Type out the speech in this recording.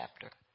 chapter